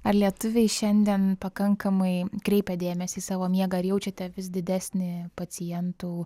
ar lietuviai šiandien pakankamai kreipia dėmesį į savo miegą ar jaučiate vis didesnį pacientų